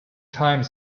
time